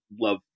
love